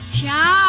ya